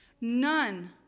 None